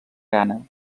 gana